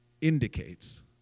indicates